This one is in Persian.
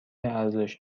ارزش